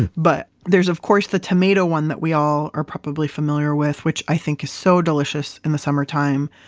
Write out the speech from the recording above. but there's, of course, the tomato one that we all are probably familiar with, which i think is so delicious in the summertime.